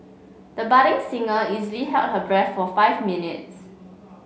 the budding singer easily held her breath for five minutes